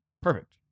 Perfect